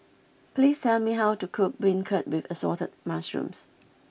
please tell me how to cook Beancurd with Assorted Mushrooms